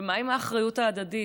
ומה עם האחריות ההדדית?